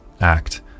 act